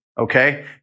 okay